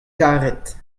karet